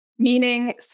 Meaning